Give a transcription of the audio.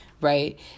right